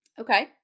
Okay